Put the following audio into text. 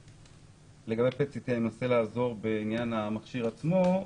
לגבי Pet CT אני מנסה לעזור בעניין המכשיר עצמו.